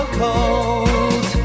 cold